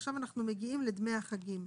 עכשיו אנחנו מגיעים לדמי החגים.